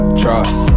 trust